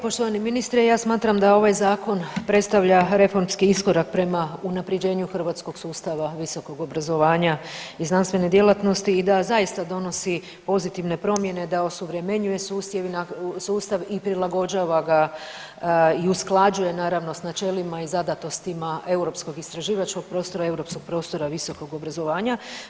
Poštovani ministre, ja smatram da ovaj zakon predstavlja reformski iskorak prema unaprjeđenju hrvatskog sustava visokog obrazovanja i znanstvene djelatnosti i da zaista donosi pozitivne promjene, da osuvremenjuje sustav i prilagođava ga i usklađuje naravno s načelima i zadatostima europskog istraživačkog prostora, europskog prostora visokog obrazovanja.